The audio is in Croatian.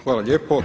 Hvala lijepo.